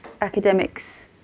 academics